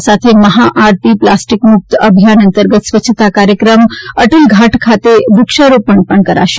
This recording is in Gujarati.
આ સાથે મહાઆરતી પ્લાસ્ટીક મુક્ત અભિયાન અંતર્ગત સ્વચ્છતાનો કાર્યક્રમ અટલ ઘાટ ખાતે વૃક્ષારોપણ પણ કરાશે